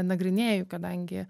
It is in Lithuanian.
nagrinėju kadangi